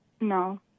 No